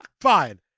fine